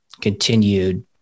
continued